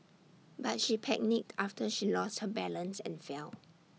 but she panicked after she lost her balance and fell